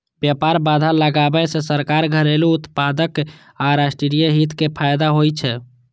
व्यापार बाधा लगाबै सं सरकार, घरेलू उत्पादक आ राष्ट्रीय हित कें फायदा होइ छै